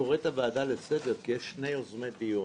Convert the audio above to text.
אני קורא את הוועדה לסדר כי יש שני יוזמי דיון,